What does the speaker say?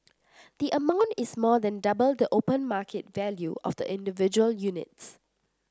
the amount is more than double the open market value of the individual units